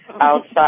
outside